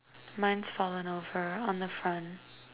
mine's fallen over on the front